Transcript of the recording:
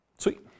Sweet